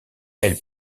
elle